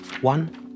One